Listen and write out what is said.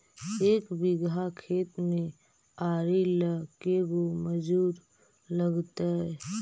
एक बिघा खेत में आरि ल के गो मजुर लगतै?